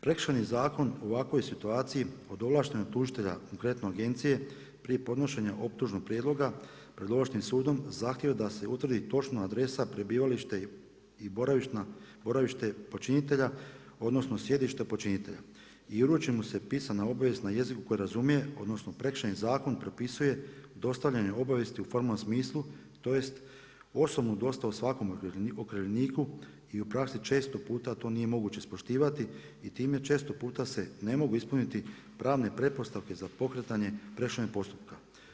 Prekršajni zakon u ovakvoj situaciji od ovlaštenog tužitelja, konkretno agencije prije podnošenja optužnog prijedloga pred ovlaštenim sudom zahtijeva da se utvrdi točno adresa, prebivalište i boravište počinitelja, odnosno sjedište počinitelja i uruči mu se pisana obavijest na jeziku koji razumije, odnosno Prekršajni zakon propisuje dostavljanje obavijesti u formalnom smislu, tj. osobnu dostavu svakom okrivljeniku i u praksi često puta to nije moguće ispoštivati i time često puta se ne mogu ispuniti pravne pretpostavke za pokretanje prekršajnog postupka.